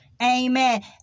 amen